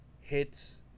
hits